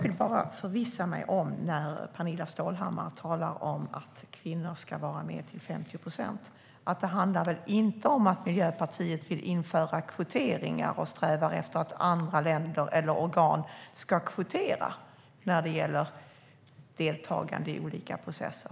Pernilla Stålhammar talar om att kvinnor ska vara med till 50 procent. Jag vill bara förvissa mig: Det handlar väl inte om att Miljöpartiet vill införa kvotering och strävar efter att andra länder eller organ ska kvotera när det gäller deltagande i olika processer?